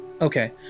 Okay